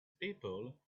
people